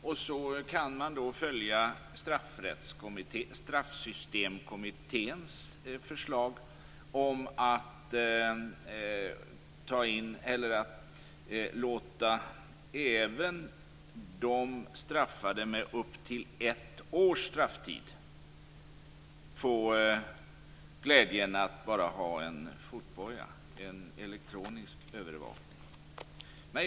Man kan också följa Straffsystemkommitténs förslag om att låta även de straffade med upp till ett års strafftid få glädjen att bara ha en fotboja - en elektronisk övervakning. Fru talman!